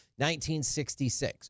1966